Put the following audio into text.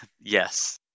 yes